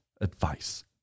advice